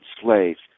slaves